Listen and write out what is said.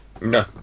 no